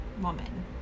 woman